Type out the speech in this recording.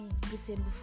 December